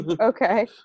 Okay